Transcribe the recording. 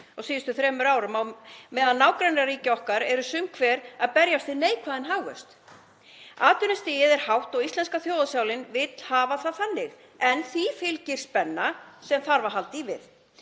á síðustu þremur árum á meðan nágrannaríki okkar eru sum hver að berjast við neikvæðan hagvöxt. Atvinnustigið er hátt og íslenska þjóðarsálin vill hafa það þannig, en því fylgir spenna sem þarf að halda í við.